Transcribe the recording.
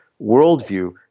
worldview